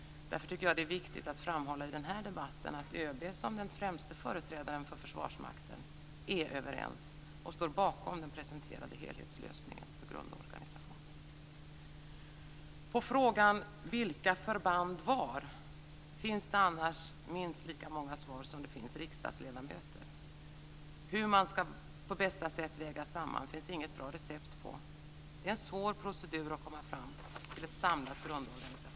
Därför tycker jag att det är viktigt att i den här debatten framhålla att ÖB som den främste företrädaren för Försvarsmakten är överens och står bakom den presenterade helhetslösningen för grundorganisationen. På frågan: Vilka förband och var? finns det annars lika många svar som det finns riksdagsledamöter. Det finns inget bra recept på hur man på bästa sätt ska väga samman detta. Det är en svår procedur att komma fram till ett samlat grundorganisationsförslag.